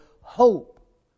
hope